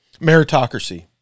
Meritocracy